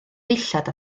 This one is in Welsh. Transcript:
ddillad